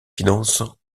finances